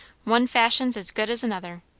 one fashion's as good as another.